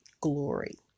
glory